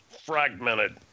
fragmented